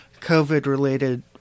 COVID-related